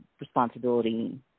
responsibility